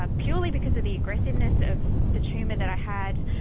ah purely because of the aggressiveness of the tumour that i had,